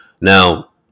Now